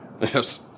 Yes